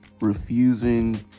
refusing